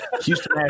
Houston